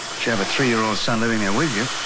you have a three-year old son living there with you.